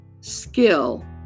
skill